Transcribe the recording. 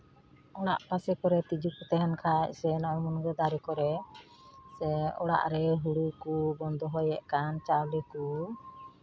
ᱚᱲᱟᱜ ᱯᱟᱥᱮ ᱠᱚᱨᱮᱜ ᱛᱤᱡᱩ ᱠᱚ ᱛᱟᱦᱮᱱ ᱠᱷᱟᱡ ᱥᱮ ᱱᱚᱣᱟ ᱢᱩᱱᱜᱟᱹ ᱫᱟᱨᱮ ᱠᱚᱨᱮ ᱥᱮ ᱚᱲᱟᱜ ᱨᱮ ᱦᱩᱲᱩ ᱠᱚᱵᱚᱱ ᱫᱚᱦᱚᱭᱮᱜ ᱠᱟᱱ ᱪᱟᱣᱞᱮ ᱠᱚ